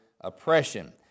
oppression